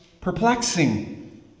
perplexing